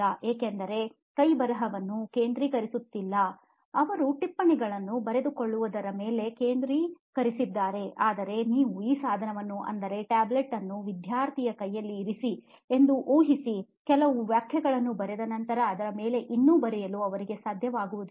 ಏಕೆಂದರೆ ಕೈಬರಹವನ್ನು ಕೇಂದ್ರೀಕರಿಸುತ್ತಿಲ್ಲ ಅವರು ಟಿಪ್ಪಣಿಗಳನ್ನು ಬರೆದುಕೊಳ್ಳುವುದರ ಮೇಲೆ ಕೇಂದ್ರೀಕರಿಸಿದ್ದಾರೆಆದರೆ ನೀವು ಈ ಸಾಧನವನ್ನು ಅಂದರೆ tablet ಅನ್ನು ವಿದ್ಯಾರ್ಥಿಯ ಕೈಯಲ್ಲಿ ಇರಿಸಿ ಎಂದು ಊಹಿಸಿ ಕೆಲವು ವಾಕ್ಯಗಳನ್ನು ಬರೆದ ನಂತರ ಅದರ ಮೇಲೆ ಇನ್ನು ಬರೆಯಲು ಅವರಿಗೆ ಸಾಧ್ಯವಾಗುವುದಿಲ್ಲ